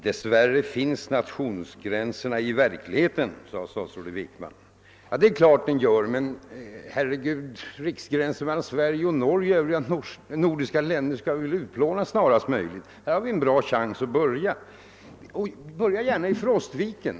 Dess värre finns nationsgränserna i verkligheten, sade statsrådet Wickman ordagrant. Ja, det är klart att de gör det. Men, herregud, riksgränsen mellan Sverige och Norge och övriga gränser mellan de nordiska länderna skall vi väl utplåna snarast möjligt! Här har vi en bra chans att börja — och börja gärna i Frostviken.